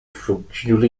functional